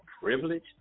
privilege